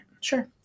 Sure